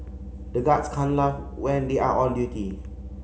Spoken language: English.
the guards can laugh when they are on duty